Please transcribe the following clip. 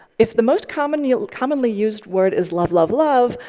if the most commonly ah commonly used word is love, love, love,